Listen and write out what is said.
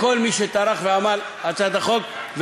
לכל מי שטרח ועמל על הצעת החוק,